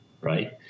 right